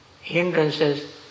hindrances